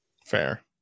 Fair